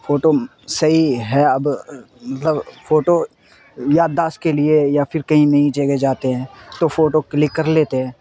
photo صحیح ہے اب مطلب فوٹو یادداشت کے لیے یا پھر کہیں نئی جگہ جاتے ہیں تو فوٹو کلک کر لیتے ہیں